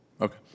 Okay